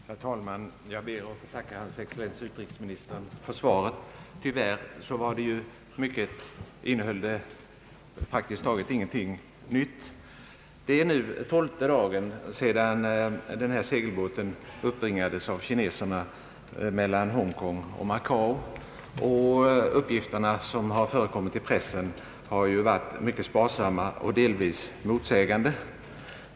Herr talman! Jag ber att få tacka hans excellens utrikesministern för svaret på min fråga. Tyvärr innehöll det praktiskt taget ingenting nytt. Det är nu tolfte dagen sedan ifrågavarande segelbåt uppbringades av kineserna mellan Hongkong och Macao. De uppgifter som förekommit i pressen har ju varit mycket sparsamma och delvis motsägande.